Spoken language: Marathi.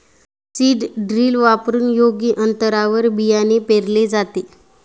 सीड ड्रिल वापरून योग्य अंतरावर बियाणे पेरले जाते